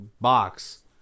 box